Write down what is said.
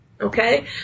Okay